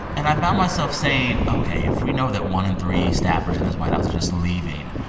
and i found myself saying, ok, if we know that one in three staffers in this white house is just leaving,